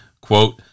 quote